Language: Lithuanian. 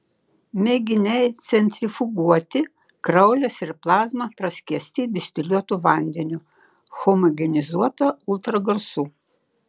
mėginiai centrifuguoti kraujas ir plazma praskiesti distiliuotu vandeniu homogenizuota ultragarsu